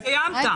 רגע, סיימת.